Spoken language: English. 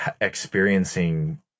experiencing